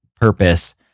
purpose